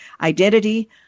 identity